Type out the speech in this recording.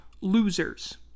losers